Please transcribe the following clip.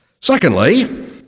Secondly